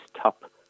top